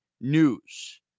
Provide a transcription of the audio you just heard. news